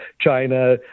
China